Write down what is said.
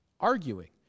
Arguing